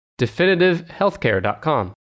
definitivehealthcare.com